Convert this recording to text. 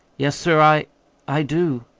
yes, sir, i i do.